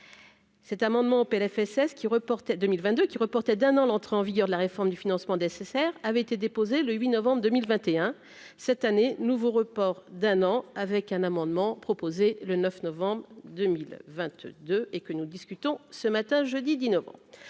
cet amendement au PLFSS qui reportait 2022 qui reporté d'un an l'entrée en vigueur de la réforme du financement nécessaire avait été déposé le 8 novembre 2021 cette année, nouveau report d'un an avec un amendement proposé le 9 novembre 2022, et que nous discutons ce matin jeudi 10 novembre